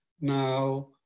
now